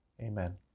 amen